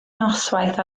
noswaith